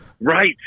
Right